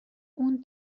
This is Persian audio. اون